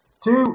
Two